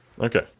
okay